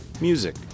music